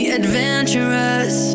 adventurous